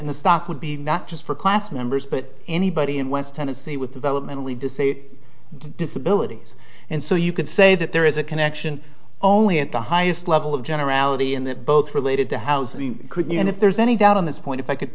in the stock would be not just for class members but anybody in west tennessee with developmentally disabled disability and so you could say that there is a connection only at the highest level of generality in that both related to house we could meet and if there's any doubt on this point if i could